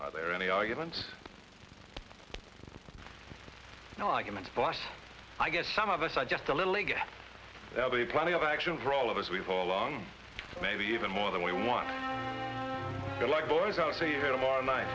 are there any arguments no argument but i guess some of us are just a little league they'll be plenty of action for all of us we've all along maybe even more than we want to like boys go see her tomorrow night